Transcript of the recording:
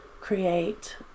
create